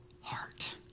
heart